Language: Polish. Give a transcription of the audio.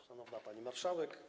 Szanowna Pani Marszałek!